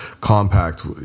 compact